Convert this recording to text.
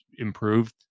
Improved